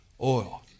oil